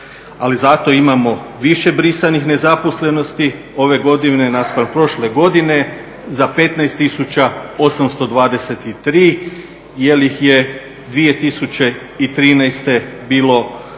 Ali zato imamo više brisanih nezaposlenosti ove godine naspram prošle godine, za 15 tisuća 823 jer ih je 2013. bilo 73 tisuće